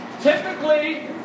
Typically